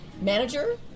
manager